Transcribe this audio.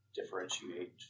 differentiate